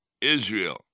Israel